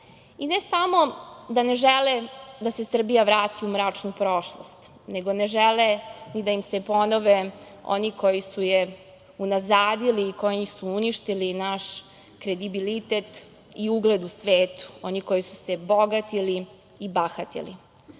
I ne samo da ne žele da se Srbija vrati u mračnu prošlost, nego ne žele ni da im se ponove oni koji su je unazadili i koji su uništili i naš kredibilitet i ugled u svetu, oni koji su se bogatili i bahatili. Želimo